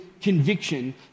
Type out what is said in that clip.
conviction